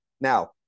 Now